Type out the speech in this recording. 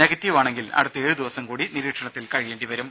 നെഗറ്റീവാണെങ്കിൽ അടുത്ത ഏഴ് ദിവസം കൂടി നിരീക്ഷണത്തിൽ കഴിയേണ്ടി വരും